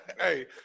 Hey